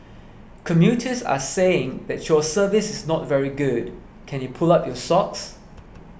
commuters are saying that your service is not very good can you pull up your socks